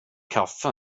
kaffe